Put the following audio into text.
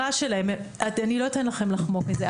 אני לא אתן לכם לחמוק מזה.